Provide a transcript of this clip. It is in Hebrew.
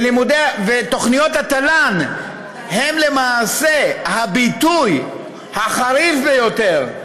תוכניות התל"ן הן למעשה הביטוי החריף ביותר,